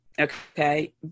okay